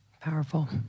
Powerful